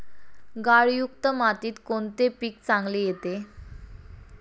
गाळयुक्त मातीत कोणते पीक चांगले येते?